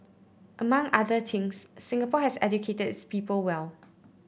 among other things Singapore has educated its people well